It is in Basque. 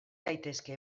daitezke